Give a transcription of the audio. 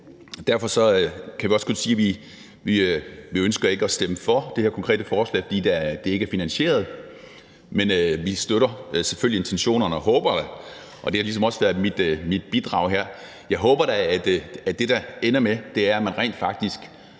Derfor kan vi også godt sige, at vi ikke ønsker at stemme for det her konkrete forslag, fordi det ikke er finansieret, men vi støtter selvfølgelig intentionerne, og jeg håber da – og det har ligesom også været mit bidrag her – at det, som det ender med, er, at man rent faktisk